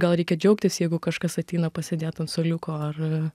gal reikia džiaugtis jeigu kažkas ateina pasėdėt ant suoliuko ar